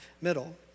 middle